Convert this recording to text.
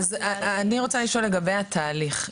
אני רוצה לשאול לגבי התהליך: